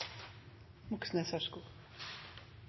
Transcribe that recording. Moxnes